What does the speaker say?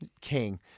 King